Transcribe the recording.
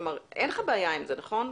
אין לך בעיה עם זה, נכון?